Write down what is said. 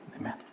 Amen